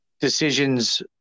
decisions